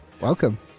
Welcome